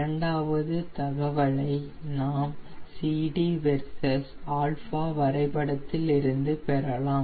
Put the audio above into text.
இரண்டாவது தகவலை நாம் CD வெர்சஸ் α வரைபடத்திலிருந்து பெறலாம்